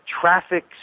traffic